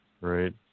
Right